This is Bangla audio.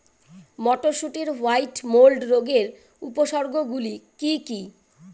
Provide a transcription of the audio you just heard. মটরশুটির হোয়াইট মোল্ড রোগের উপসর্গগুলি কী কী?